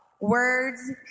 Words